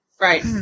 Right